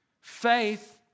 Faith